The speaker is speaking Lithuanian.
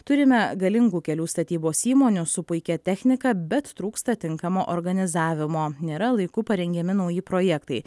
turime galingų kelių statybos įmonių su puikia technika bet trūksta tinkamo organizavimo nėra laiku parengiami nauji projektai